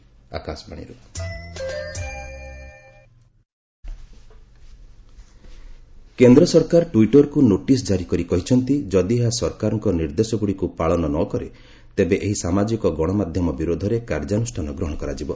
Twitter notice କେନ୍ଦ୍ର ସରକାର ଟ୍ୱିଟରକୁ ନୋଟିସ୍ ଜାରି କରି କହିଛନ୍ତି ଯଦି ଏହା ସରକାରଙ୍କ ନିର୍ଦ୍ଦେଶଗୁଡ଼ିକୁ ପାଳନ ନ କରେ ତେବେ ଏହି ସାମାଜିକ ଗଣମାଧ୍ୟମ ବିରୋଧରେ କାର୍ଯ୍ୟାନୁଷ୍ଠାନ ଗ୍ରହଣ କରାଯିବ